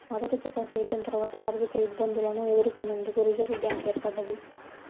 మొదటి ప్రపంచయుద్ధం తర్వాత ఆర్థికఇబ్బందులను ఎదుర్కొనేందుకు రిజర్వ్ బ్యాంక్ ఏర్పడ్డది